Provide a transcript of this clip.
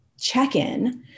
check-in